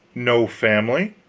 no family?